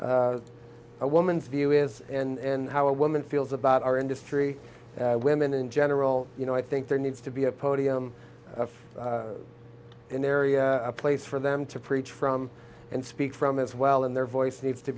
what a woman's view is and how a woman feels about our industry women in general you know i think there needs to be a podium for an area a place for them to preach from and speak from as well and their voice needs to